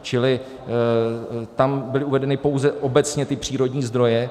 Čili tam byly uvedeny pouze obecně ty přírodní zdroje.